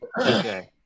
Okay